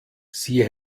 sie